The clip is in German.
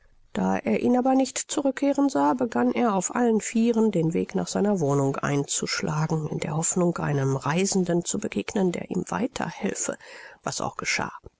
da er ihn aber nicht zurückkehren sah begann er auf allen vieren den weg nach seiner wohnung einzuschlagen in der hoffnung einem reisenden zu begegnen der ihm weiter helfe was auch geschah